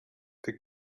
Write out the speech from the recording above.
the